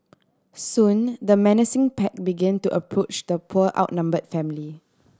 soon the menacing pack begin to approach the poor outnumbered family